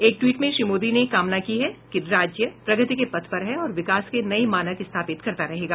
एक ट्वीट में श्री मोदी ने कामना की है कि राज्य प्रगति के पथ पर है और विकास के नये मानक स्थापित करता रहेगा